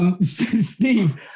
Steve